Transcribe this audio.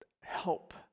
help